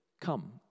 come